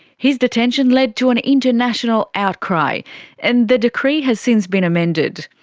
his detention led to an international outcry and the decree has since been amended.